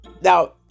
Now